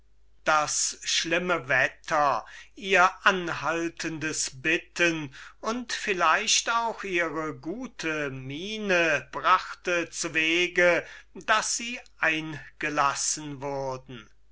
das schlimme wetter ihr anhaltendes bitten und vielleicht auch ihre gute miene brachte zuwegen daß sie eingelassen wurden